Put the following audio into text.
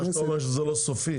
אתה אומר שזה לא סופי.